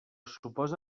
suposa